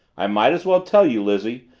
i might as well tell you, lizzie.